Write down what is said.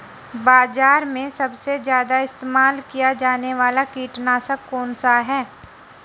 बाज़ार में सबसे ज़्यादा इस्तेमाल किया जाने वाला कीटनाशक कौनसा है?